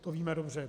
To víme dobře.